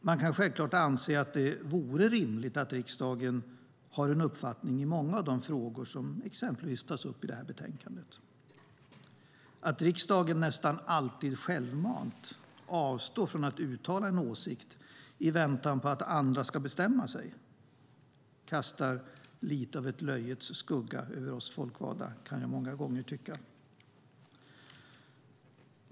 Man kan självklart anse att det vore rimligt att riksdagen har en uppfattning i många av de frågor som exempelvis tas upp i detta betänkande. Att riksdagen nästan alltid självmant avstår från att uttala en åsikt i väntan på att andra ska bestämma sig kastar lite av ett löjets skimmer över oss folkvalda, kan jag många gånger tycka.